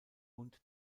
und